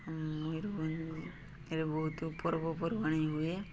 ମୟୂରଭଞ୍ଜରେ ବହୁତ ପର୍ବପର୍ବାଣି ହୁଏ